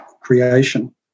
creation